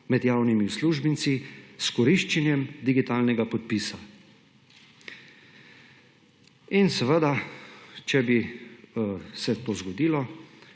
med javnimi uslužbenci s koriščenjem digitalnega podpisa. In seveda če bi se to zgodilo,